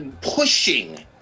pushing